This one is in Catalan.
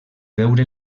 veure